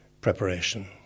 preparation